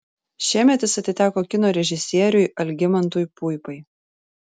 šiemet jis atiteko kino režisieriui algimantui puipai